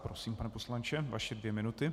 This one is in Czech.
Prosím, pane poslanče, vaše dvě minuty.